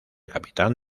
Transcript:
capitán